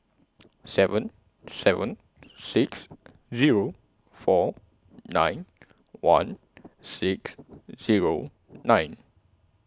seven seven six Zero four nine one six Zero nine